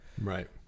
Right